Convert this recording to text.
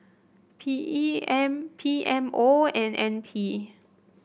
P E M P M O and N P